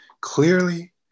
clearly